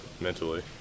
Mentally